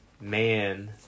man